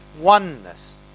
oneness